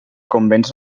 convents